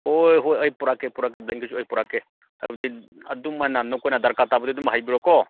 ꯍꯣꯏ ꯍꯣꯏ ꯑꯩ ꯄꯨꯔꯛꯀꯦ ꯄꯨꯔꯛꯀꯦ ꯕ꯭ꯂꯥꯟꯀꯦꯠꯁꯨ ꯑꯩ ꯄꯨꯔꯛꯀꯦ ꯍꯥꯏꯕꯗꯤ ꯑꯗꯨꯃꯥꯏꯅ ꯅꯈꯣꯏꯅ ꯗꯔꯀꯥꯔ ꯇꯥꯕꯗꯣ ꯑꯗꯨꯝ ꯍꯥꯏꯕꯤꯔꯛꯑꯣ ꯀꯣ